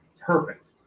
Perfect